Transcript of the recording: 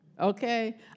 okay